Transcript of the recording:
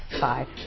five